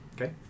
Okay